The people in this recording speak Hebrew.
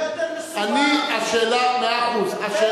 זה הרבה יותר מסובך, מאה אחוז.